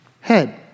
head